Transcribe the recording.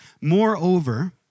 Moreover